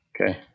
Okay